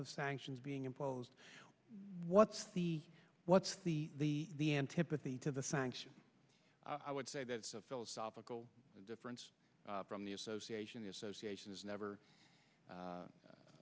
of sanctions being imposed what's the what's the the the antipathy to the sanctions i would say that's a philosophical difference from the association the association has never